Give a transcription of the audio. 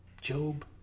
Job